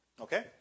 Okay